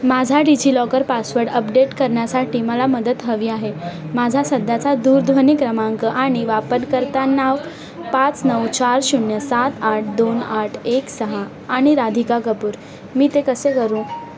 माझा DigiLocker password update करण्यासाठी मला मदत हवी आहे माझा सध्याचा दूरध्वनी क्रमांक आणि वापरकर्ता नाव पाच नऊ चार शून्य सात आठ दोन आठ एक सहा आणि राधिका कपूर मी ते कसे करू